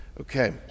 Okay